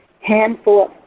handful